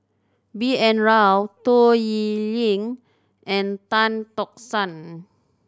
B N Rao Toh Liying and Tan Tock San